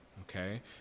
okay